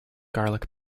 garlic